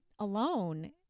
alone